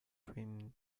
teens